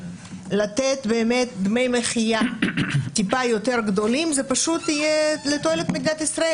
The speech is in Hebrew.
לתת דמי מחיה טיפה יותר גבוהים זה פשוט יהיה לתועלת מדינת ישראל